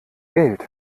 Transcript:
geld